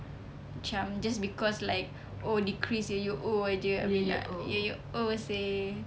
macam just because like oh decrease ye ye o jer abeh tak ye ye o seh